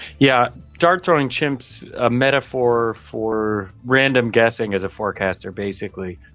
yeah dart-throwing chimp is a metaphor for random guessing as a forecaster basically,